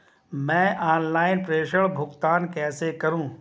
मैं ऑनलाइन प्रेषण भुगतान कैसे करूँ?